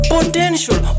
Potential